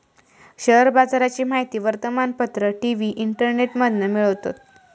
share बाजाराची माहिती वर्तमानपत्र, टी.वी, इंटरनेटमधना मिळवतत